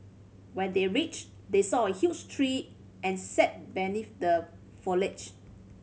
when they reached they saw a huge tree and sat beneath the foliage